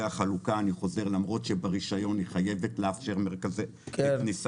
החלוקה למרות שברישיון היא חייבת לאפשר כניסה,